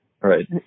Right